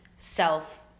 self